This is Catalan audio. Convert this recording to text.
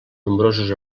nombrosos